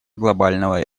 глобального